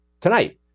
Tonight